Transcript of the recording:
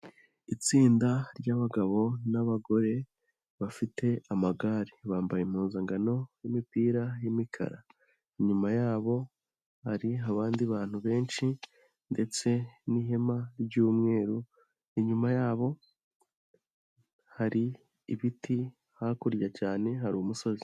Itsinda ry'abagabo n'abagore bafite amagare bambaye impuzangano y'imipira y'imikara, inyuma yabo hari abandi bantu benshi ndetse n'ihema ry'umweru, inyuma yabo hari ibiti, hakurya cyane hari umusozi.